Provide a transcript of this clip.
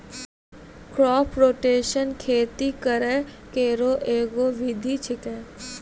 crop rotation खेती करै केरो एगो विधि छिकै